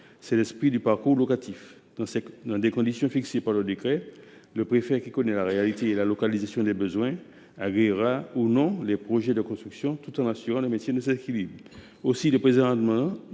est l’esprit du parcours locatif. Dans des conditions fixées par le décret, le préfet, qui connaît la réalité et la localisation des besoins, agréera ou non les projets de construction tout en assurant le maintien de cet équilibre. Aussi, le présent amendement